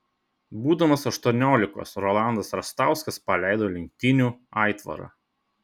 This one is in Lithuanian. būdamas aštuoniolikos rolandas rastauskas paleido lenktynių aitvarą